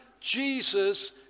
Jesus